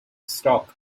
stalk